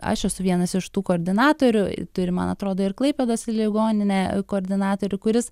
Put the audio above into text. aš esu vienas iš tų koordinatorių turi man atrodo ir klaipėdos ligoninė koordinatorių kuris